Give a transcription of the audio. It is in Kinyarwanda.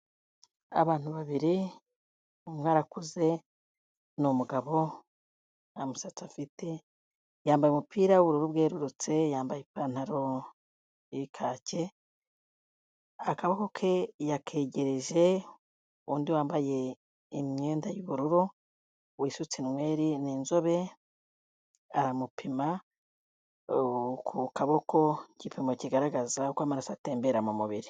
Abantu babiri umwe arakuze ni umugabo ntamusatsi afite, yambaye umupira w'ubururu bwerurutse, yambaye ipantaro ikake, akaboko ke yakegereje undi wambaye imyenda y'ubururu, wisutse inweri ni inzobe, aramupima ku kaboko igipimo kigaragaza uko amaraso atembera mu mubiri.